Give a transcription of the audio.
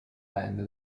band